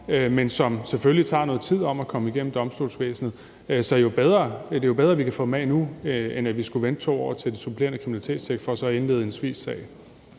men som det selvfølgelig tager noget tid at få igennem domstolsvæsenet. Så det er jo bedre, at vi kan få ham af forslaget nu, end at vi skulle vente 2 år til det supplerende kriminalitetstjek for så at indlede en civilsag.